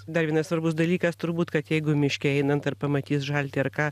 dar vienas svarbus dalykas turbūt kad jeigu miške einant ar pamatys žaltį ar ką